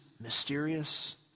mysterious